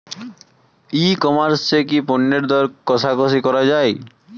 ই commerce এ কি পণ্যের দর কশাকশি করা য়ায়?